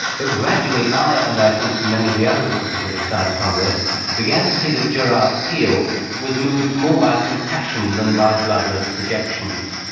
but gradually i and i think many of the others at the pacific science congress began to see that gerard piel was moved more by compassion than by bloodless projections.